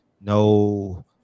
No